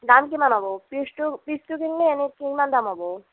দাম কিমান হ'ব পিছটো পিছটো কিনিলে এনেই কিমান দাম হ'ব